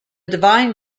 divine